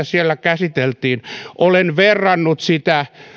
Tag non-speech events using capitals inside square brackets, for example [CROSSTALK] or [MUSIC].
[UNINTELLIGIBLE] siellä käsiteltiin olen verrannut sitä